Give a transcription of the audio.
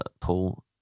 Paul